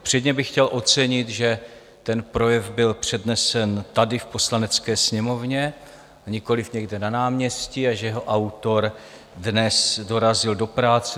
Předně bych chtěl ocenit, že ten projev byl přednesen tady v Poslanecké sněmovně, a nikoliv někde na náměstí, a že jeho autor dnes dorazil do práce.